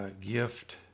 Gift